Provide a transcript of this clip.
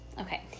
Okay